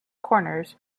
corners